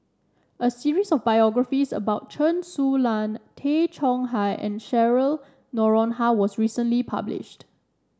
a series of biographies about Chen Su Lan Tay Chong Hai and Cheryl Noronha was recently published